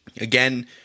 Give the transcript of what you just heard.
again